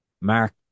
Mark